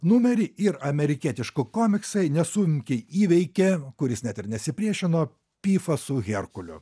numerį ir amerikietišku komiksai nesunkiai įveikė kuris net ir nesipriešino pifą su herkuliu